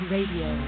Radio